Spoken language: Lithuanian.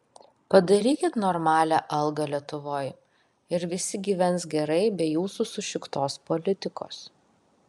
padarykit normalią algą lietuvoj ir visi gyvens gerai be jūsų sušiktos politikos